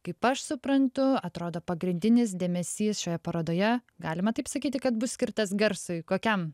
kaip aš suprantu atrodo pagrindinis dėmesys šioje parodoje galima taip sakyti kad bus skirtas garsui kokiam